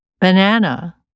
Banana